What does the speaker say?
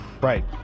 Right